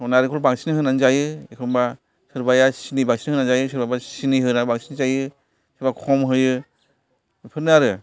नारेंखलखौ बांसिन होनानै जायो एखमबा सोरबाया सिनि बांसिन होनानै जायो सोरबा बा सिनि होनानै बांसिन जायो सोरबा खम होयो बेफोरनो आरो